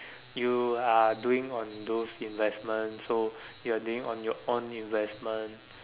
you are doing on those investments so you're doing on your own investments